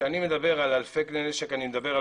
כשאני מדבר על אלפי כלי נשק אני מדבר על